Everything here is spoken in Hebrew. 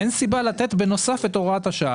אין סיבה לתת, בנוסף, את הוראת השעה.